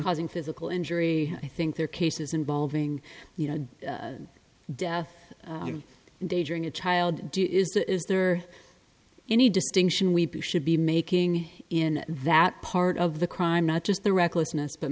causing physical injury i think there are cases involving you know death and aging a child is there any distinction we should be making in that part of the crime not just the recklessness but